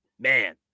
man